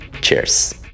cheers